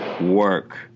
work